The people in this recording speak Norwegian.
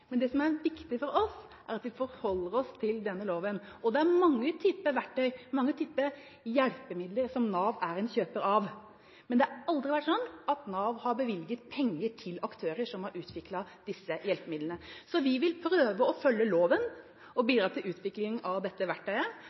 Men det som er viktig for oss, er at vi forholder oss til denne loven. Det er mange typer verktøy og mange typer hjelpemidler som Nav er kjøper av, men det har aldri vært slik at Nav har bevilget penger til aktører som har utviklet disse hjelpemidlene. Vi vil prøve å følge loven og bidra til utvikling av dette verktøyet,